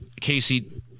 Casey